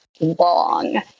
long